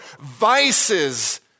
vices